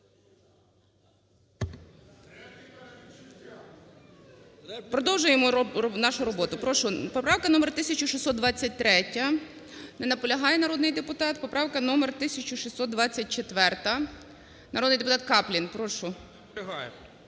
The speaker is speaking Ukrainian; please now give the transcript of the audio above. Продовжуємо нашу роботу. Поправка номер 1623. Не наполягає народний депутат. Поправка номер 1624. Народний депутат Каплін. Прошу. 17:41:04